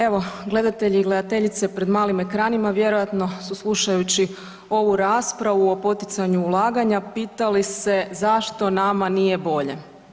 Evo, gledatelji i gledateljice pred malim ekranima vjerojatno su slušajući ovu raspravu o poticanju ulaganja pitali se zašto nama nije bolje.